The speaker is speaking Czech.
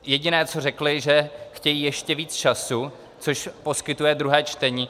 Jediné, co řekli, že chtějí ještě více času, což poskytuje druhé čtení.